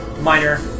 minor